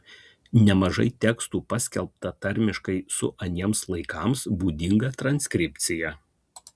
nemažai tekstų paskelbta tarmiškai su aniems laikams būdinga transkripcija